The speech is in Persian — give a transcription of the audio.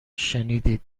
شنیدید